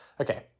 okay